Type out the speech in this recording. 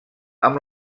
amb